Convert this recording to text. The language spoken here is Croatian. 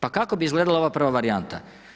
Pa kako bi izgledala ova prva varijanta?